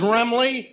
Remley